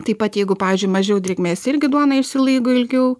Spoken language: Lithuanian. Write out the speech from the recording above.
taip pat jeigu pavyzdžiui mažiau drėgmės irgi duona išsilaiko ilgiau